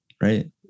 right